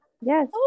yes